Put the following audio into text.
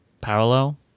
parallel